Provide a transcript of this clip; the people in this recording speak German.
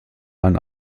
einen